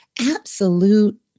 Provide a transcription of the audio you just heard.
absolute